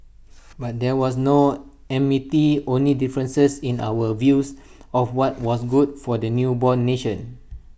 but there was no enmity only differences in our views of what was good for the newborn nation